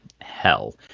hell